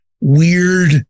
weird